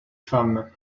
femmes